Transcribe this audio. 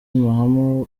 mahama